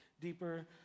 deeper